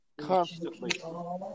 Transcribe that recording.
constantly